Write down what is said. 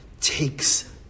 takes